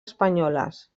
espanyoles